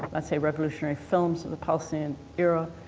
i'd say, revolutionary films of the palestine era.